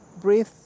Breathe